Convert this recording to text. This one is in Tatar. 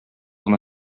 гына